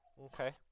okay